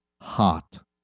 hot